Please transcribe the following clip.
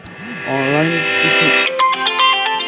Online किस्त भराला कि ना?